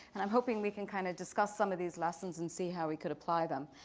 and i'm hoping we can kind of discuss some of these lessons and see how we could apply them.